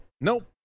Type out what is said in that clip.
nope